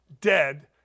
dead